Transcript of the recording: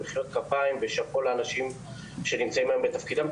הזה במחיאות כפיים ושאפו לאנשים שנמצאים בתפקידם,